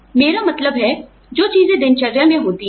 मेरा मतलब है जो चीजें दिनचर्या में होती हैं